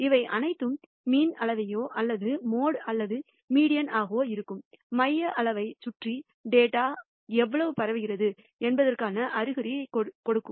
இவை அனைத்தும் மீன் அளவையோ அல்லது மோடு அல்லது மீடியன் ஆகவோ இருக்கும் மைய அளவைச் சுற்றி டேட்டா எவ்வளவு பரவுகிறது என்பதற்கான அறிகுறியைக் கொடுக்கும்